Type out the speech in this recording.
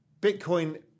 Bitcoin